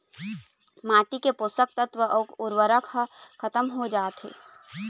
माटी के पोसक तत्व अउ उरवरक ह खतम हो जाथे